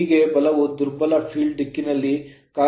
ಹೀಗಾಗಿ ಬಲವು ದುರ್ಬಲ field ಕ್ಷೇತ್ರದ ದಿಕ್ಕಿನಲ್ಲಿ ಕಾರ್ಯನಿರ್ವಹಿಸುತ್ತದೆ